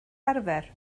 arfer